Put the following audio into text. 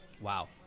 Wow